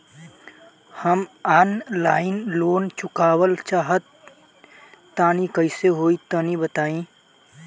हम online loan चुकावल चाहऽ तनि कइसे होई तनि बताई?